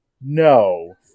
No